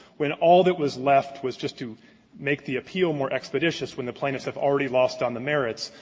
when all that was left was just to make the appeal more expeditious when the plaintiffs have already lost on the merits,